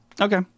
Okay